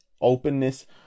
openness